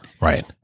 Right